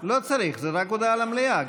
צריך, זאת רק הודעה למליאה.